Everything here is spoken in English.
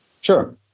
Sure